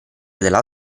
della